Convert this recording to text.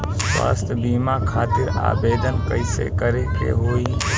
स्वास्थ्य बीमा खातिर आवेदन कइसे करे के होई?